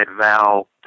Val